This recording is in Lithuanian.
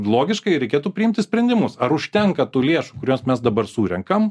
logiškai reikėtų priimti sprendimus ar užtenka tų lėšų kurias mes dabar surenkam